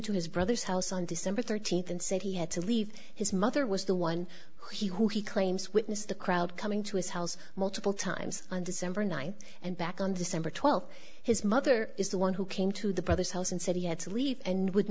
to his brother's house on december thirteenth and said he had to leave his mother was the one who he who he claims witnessed the crowd coming to his house multiple times on december ninth and back on december twelfth his mother is the one who came to the brother's house and said he had to leave and would